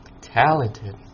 talented